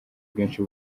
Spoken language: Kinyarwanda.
bwinshi